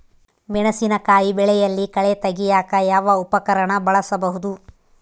ಮೆಣಸಿನಕಾಯಿ ಬೆಳೆಯಲ್ಲಿ ಕಳೆ ತೆಗಿಯಾಕ ಯಾವ ಉಪಕರಣ ಬಳಸಬಹುದು?